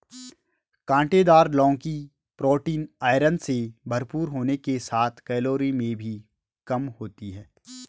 काँटेदार लौकी protein, iron से भरपूर होने के साथ कैलोरी में भी कम होती है